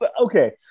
okay